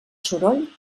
soroll